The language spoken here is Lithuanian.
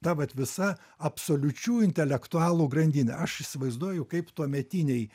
ta vat visa absoliučių intelektualų grandinė aš įsivaizduoju kaip tuometiniai